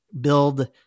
build